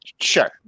Sure